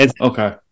okay